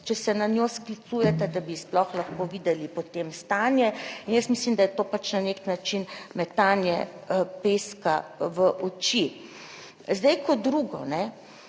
če se na njo sklicujete, da bi sploh lahko videli potem stanje in jaz mislim, da je to pač na nek način metanje peska v oči. Zdaj, kot drugo,